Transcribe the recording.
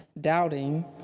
doubting